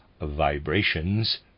vibrations